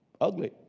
ugly